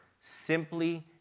simply